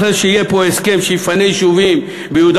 אחרי שיהיה פה הסכם שיפנה יישובים ביהודה